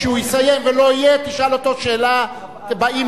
כשהוא יסיים ולא יהיה, תשאל אותו שאלה באימייל.